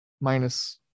minus